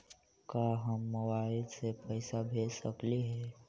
का हम मोबाईल से पैसा भेज सकली हे?